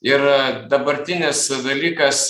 ir dabartinis dalykas